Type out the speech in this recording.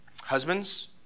Husbands